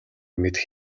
мэдэх